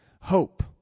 HOPE